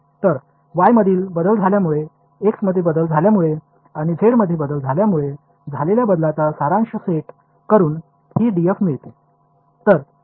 तर y मध्ये बदल झाल्यामुळे x मध्ये बदल झाल्यामुळे आणि z मध्ये बदल झाल्यामुळे झालेल्या बदलांचा सारांश सेट करुन ही df मिळते